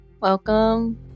welcome